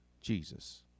Jesus